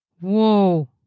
Whoa